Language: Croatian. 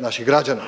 naših građana.